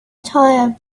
tire